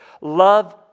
Love